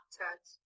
touch